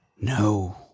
no